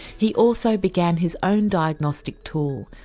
he also began his own diagnostic tool,